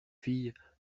fille